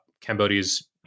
Cambodia's